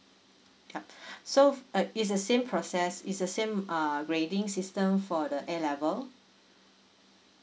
yup so uh it's the same process is the same err grading system for the A level